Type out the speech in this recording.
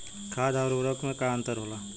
खाद्य आउर उर्वरक में का अंतर होला?